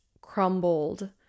crumbled